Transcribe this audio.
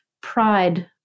pride